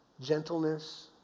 gentleness